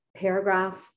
paragraph